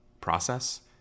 process